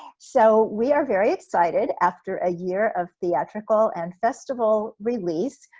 so we are very excited after a year of theatrical and festival release.